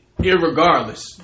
Irregardless